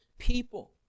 people